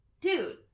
dude